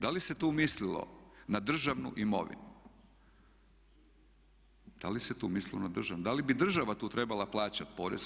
Da li se tu mislilo na državnu imovinu, da li se tu mislilo na državnu imovinu, da li bi država tu trebala plaćat porez?